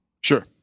Sure